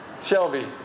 Shelby